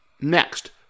Next